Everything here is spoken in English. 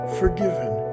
forgiven